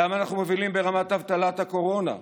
למה אנחנו מובילים ברמת אבטלת הקורונה?